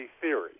theory